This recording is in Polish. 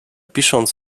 pisząc